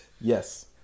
yes